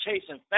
chasing